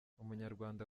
umunyarwanda